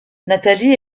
nathalie